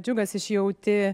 džiugas iš jauti